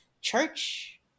church